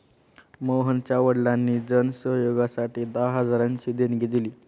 मोहनच्या वडिलांनी जन सहयोगासाठी दहा हजारांची देणगी दिली